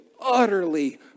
utterly